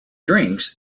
drinks